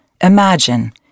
Imagine